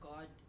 God